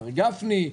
מר גפני,